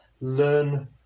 learn